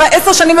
אחרי עשר שנים,